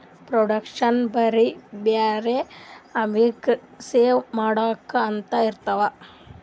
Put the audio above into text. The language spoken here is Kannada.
ಫೌಂಡೇಶನ್ ಬರೇ ಬ್ಯಾರೆ ಅವ್ರಿಗ್ ಸೇವಾ ಮಾಡ್ಲಾಕೆ ಅಂತೆ ಇರ್ತಾವ್